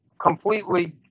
completely